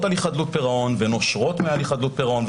על אי חדלות פירעון ונושרות מהליך חדלות פירעון.